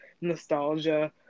nostalgia